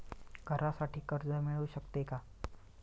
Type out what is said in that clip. घरासाठी कर्ज मिळू शकते का?